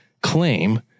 claim